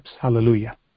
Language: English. hallelujah